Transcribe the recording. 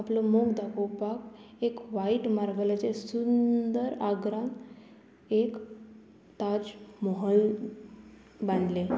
आपलो मोग दाखोवपाक एक व्हायट मार्बलाचें सुंदर आग्रांत एक ताज मोहल बांदलें